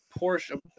Porsche